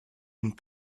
une